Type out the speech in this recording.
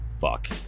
fuck